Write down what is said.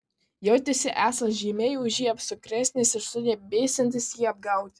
jautėsi esąs žymiai už jį apsukresnis ir sugebėsiantis jį apgauti